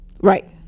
right